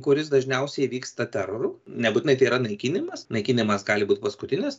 kuris dažniausiai vyksta teroru nebūtinai tai yra naikinimas naikinimas gali būt paskutinis